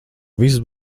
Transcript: viss